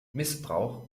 missbrauch